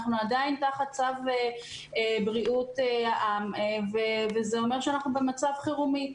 אנחנו עדיין תחת צו בריאות העם וזה אומר שאנחנו במצב חירומי.